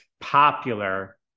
popular